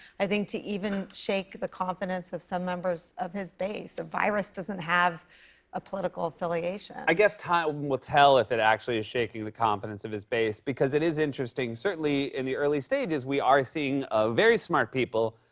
i think, to even shake the confidence of some members of his base. a virus doesn't have a political affiliation. i guess time will tell if it actually is shaking the confidence of his base, because it is interesting. certainly, in the early stages, we are seeing ah very smart people,